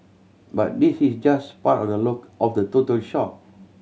but this is just part of the look of the total